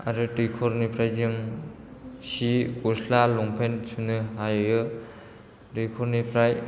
आरो दैखरनिफ्राय जों सि गस्ला लंफेन सुनो हायो दैखरनिफ्राय